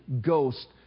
ghost